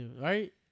Right